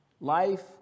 life